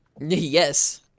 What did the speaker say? Yes